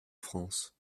france